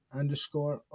underscore